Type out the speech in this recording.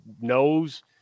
knows